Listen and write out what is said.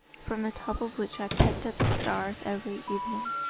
from the top of which i pecked at the stars every evening,